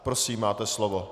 Prosím, máte slovo.